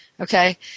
okay